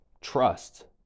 trust